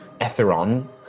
Etheron